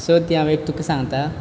so ती हांव एक तुका सांगतां